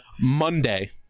Monday